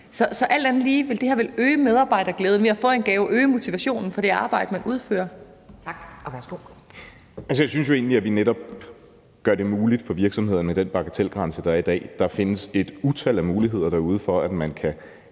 Så alt andet lige vil det vel øge medarbejderglæden at få en gave og øge motivationen i forhold til det arbejde, man udfører. Kl.